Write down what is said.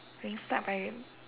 we get stuck by